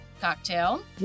cocktail